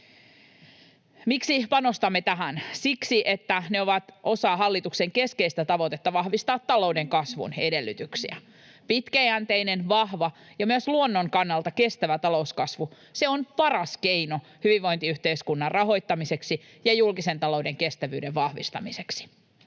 Miksi panostamme tähän? Siksi, että ne ovat osa hallituksen keskeistä tavoitetta vahvistaa talouden kasvun edellytyksiä. Pitkäjänteinen, vahva ja myös luonnon kannalta kestävä talouskasvu, se on paras keino hyvinvointiyhteiskunnan rahoittamiseksi ja julkisen talouden kestävyyden vahvistamiseksi.